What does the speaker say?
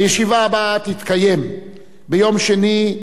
הישיבה הבאה תתקיים ביום שני,